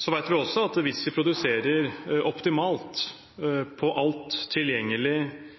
Vi vet også at hvis vi produserer optimalt på alt tilgjengelig